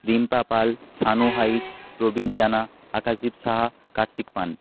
রিম্পা পাল সানু হাইত রবীন জানা আকাশদ্বীপ সাহা কার্তিক পান